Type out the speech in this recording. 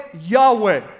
Yahweh